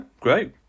great